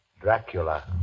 Dracula